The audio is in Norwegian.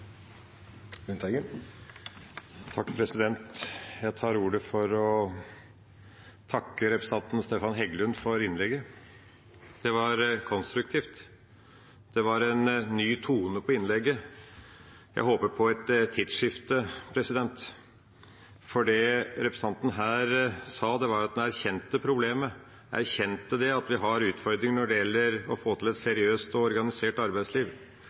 Stefan Heggelund for innlegget. Det var konstruktivt. Det var en ny tone i innlegget. Jeg håper på et tidsskifte, for det representanten her sa, var at han erkjente problemet – erkjente at vi har utfordringer med å få til et seriøst og organisert arbeidsliv.